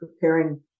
preparing